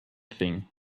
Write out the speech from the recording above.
thing